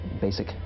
basic